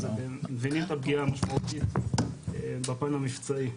מבינים את הפגיעה המשמעותית בפן המבצעי.